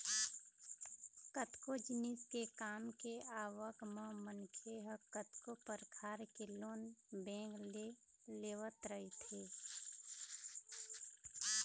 कतको जिनिस के काम के आवक म मनखे ह कतको परकार के लोन बेंक ले लेवत रहिथे